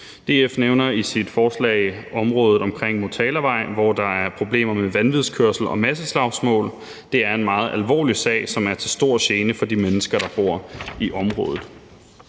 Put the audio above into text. DF nævner i sit forslag området omkring Motalavej i Korsør, hvor der er problemer med vanvidskørsel og masseslagsmål. Det er en meget alvorlig sag, der er til stor gene for de mennesker, der bor i området.